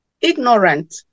ignorant